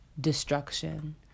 destruction